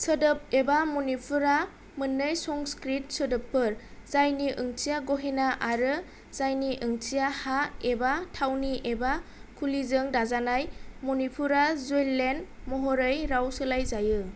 सोदोब एबा मनिपुरआ मोननै संस्कृत सोदोबफोर जायनि ओंथिया गहेना आरो जायनि ओंथिया हा एबा थावनि एबा खुलिजों दाजानाय मनिपुरा जुवेल लेन्ड महरै राव सोलाय जायो